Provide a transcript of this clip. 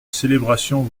célébration